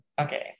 Okay